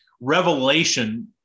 revelation